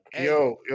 yo